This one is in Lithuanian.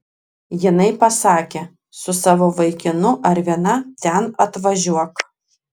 jinai pasakė su savo vaikinu ar viena ten atvažiuok